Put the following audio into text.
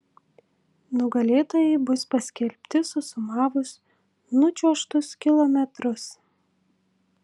nugalėtojai bus paskelbti susumavus nučiuožtus kilometrus